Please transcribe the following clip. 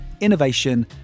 innovation